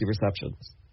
receptions